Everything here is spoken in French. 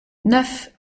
neuf